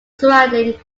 surrounding